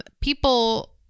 people